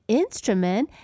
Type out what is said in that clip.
instrument